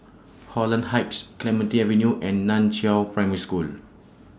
Holland Heights Clementi Avenue and NAN Chiau Primary School